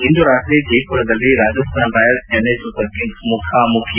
ಇಂದು ರಾತ್ರಿ ಜೈಮರದಲ್ಲಿ Rajasthan Royals Chennai Super Kings ಮುಖಾಮುಖಿ